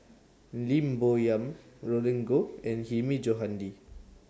Lim Bo Yam Roland Goh and Hilmi Johandi